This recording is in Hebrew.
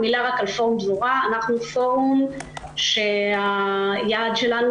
מילה על פורום דבורה אנחנו פורום שהיעד שלנו